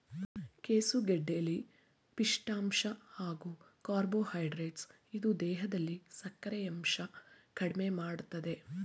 ಕೆಸುಗೆಡ್ಡೆಲಿ ಪಿಷ್ಠ ಅಂಶ ಹಾಗೂ ಕಾರ್ಬೋಹೈಡ್ರೇಟ್ಸ್ ಇದ್ದು ದೇಹದಲ್ಲಿ ಸಕ್ಕರೆಯಂಶ ಕಡ್ಮೆಮಾಡ್ತದೆ